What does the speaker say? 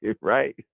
Right